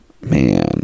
man